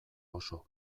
oso